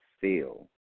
feel